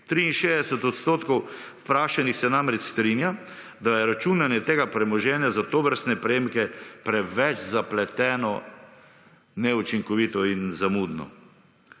63 odstotkov vprašanih se namreč strinja, da je računanje tega premoženja za tovrstne prejemke preveč zapleteno, neučinkovito in zamudno.